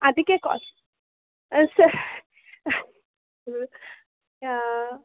ಅದಕ್ಕೆ ಕಾಲ್ ಅ ಸರ್ ಯಾ